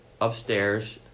upstairs